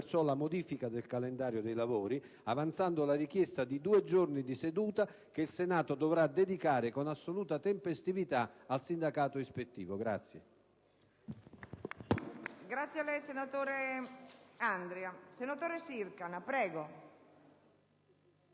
perciò, la modifica del calendario dei lavori, avanzando la richiesta di due giorni di seduta che il Senato dovrà dedicare con assoluta tempestività al sindacato ispettivo.